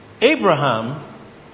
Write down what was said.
Abraham